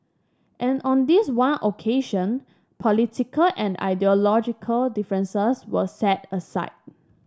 and on this one occasion political and ideological differences were set aside